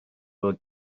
will